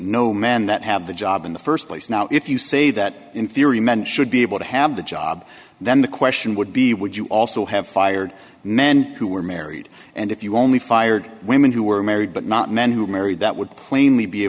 no men that have the job in the st place now if you say that in theory men should be able to have the job then the question would be would you also have fired men who were married and if you only fired women who were married but not men who were married that would plainly be